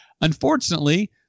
Unfortunately